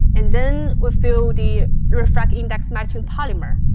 and then we fill the refractive-index-matched polymer,